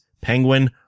penguin